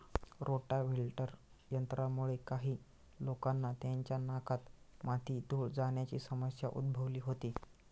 rotavator यंत्रामुळे काही लोकांना त्यांच्या नाकात माती, धूळ जाण्याची समस्या उद्भवली होती